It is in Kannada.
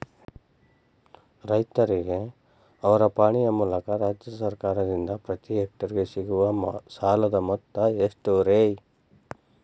ರೈತರಿಗೆ ಅವರ ಪಾಣಿಯ ಮೂಲಕ ರಾಜ್ಯ ಸರ್ಕಾರದಿಂದ ಪ್ರತಿ ಹೆಕ್ಟರ್ ಗೆ ಸಿಗುವ ಸಾಲದ ಮೊತ್ತ ಎಷ್ಟು ರೇ?